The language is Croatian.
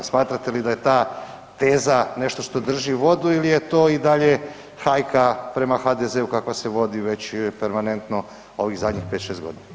Smatrate li da je ta teza nešto što drži vodu ili je to i dalje hajka prema HDZ-u kakva se vodi već permanentno ovih zadnjih pet, šest godina?